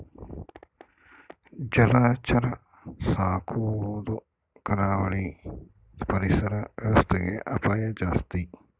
ಜಲಚರ ಸಾಕೊದು ಕರಾವಳಿ ಪರಿಸರ ವ್ಯವಸ್ಥೆಗೆ ಅಪಾಯ ಜಾಸ್ತಿ